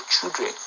children